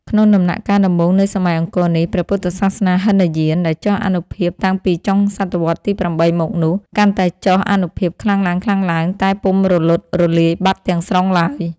ក្នុងដំណាក់កាលដំបូងនៃសម័យអង្គរនេះ ព្រះពុទ្ធសាសនាហីនយានដែលចុះអានុភាពតាំងពីចុងសតវត្សទី ៨ មកនោះ កាន់តែចុះអានុភាពខ្លាំងឡើងៗ តែពុំរលត់រលាយបាត់ទាំងស្រុងឡើយ ។